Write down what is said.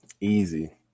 Easy